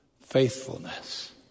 faithfulness